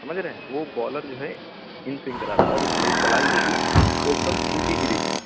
سمجھ رہے ہیں وہ بالر جو ہے ان سوینگ کرا رہا ہے اور اس کی جو کلائی ہوگی وہ ایک دم سیدھی گرے گی